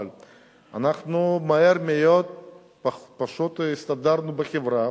אבל אנחנו מהר מאוד פשוט הסתדרנו בחברה,